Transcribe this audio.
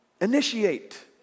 initiate